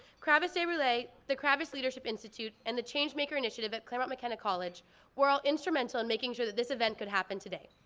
kravis relay, the kravis leadership institute and the changemaker initiative at claremont mckenna college were all instrumental in making sure that this event could happen today.